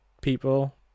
people